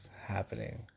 happening